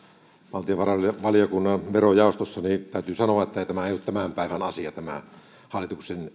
valtiovarainvaliokunnan verojaostossa niin täytyy sanoa että ei ole tämän päivän asia siitä hallituksen